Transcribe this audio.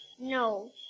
No